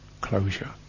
closure